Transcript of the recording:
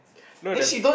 no the